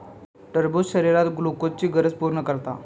टरबूज शरीरात ग्लुकोजची गरज पूर्ण करता